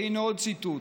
והינה עוד ציטוט,